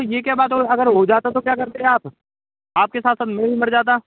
ये क्या बात हो अगर हो जाता तो क्या करते आप आपके साथ अब में भी मर जाता